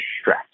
stress